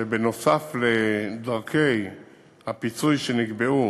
שנוסף על דרכי הפיצוי שנקבעו